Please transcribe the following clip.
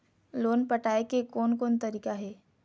Loan पटाए के कोन कोन तरीका हे?